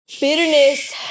Bitterness